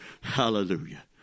Hallelujah